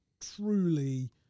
truly